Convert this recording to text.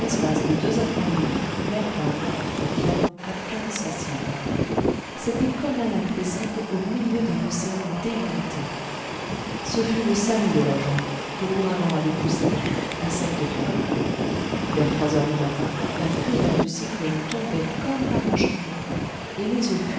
espace de deux à trois milles mer calme vent à peine sensible c'était comme un lac paisible au milieu d'un océan démonté ce fut le salut de la jonque que l'ouragan avait poussée là à sec de toile vers trois heures du matin la fureur du cyclone tombait comme par enchantement et les